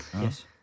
Yes